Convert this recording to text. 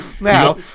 now